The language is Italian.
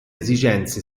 esigenze